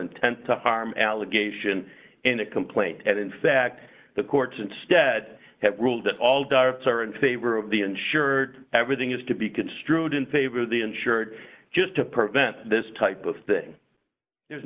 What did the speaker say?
intent to harm allegation in the complaint and in fact the courts instead have rules that all directs are in favor of the insured everything has to be construed in favor of the insured just to prevent this type of thing